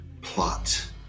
plot